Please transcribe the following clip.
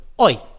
Oi